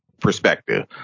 perspective